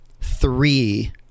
Three